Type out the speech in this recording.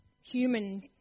human